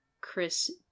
Chris